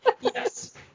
Yes